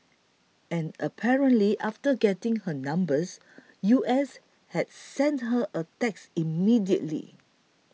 and apparently after getting her numbers U S had sent her a text immediately